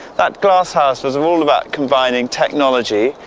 that glasshouse was all about combining technology,